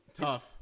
Tough